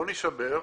לא נישבר,